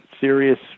serious